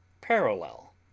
parallel